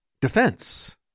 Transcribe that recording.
defense